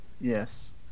Yes